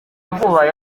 vuba